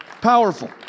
Powerful